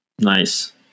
Nice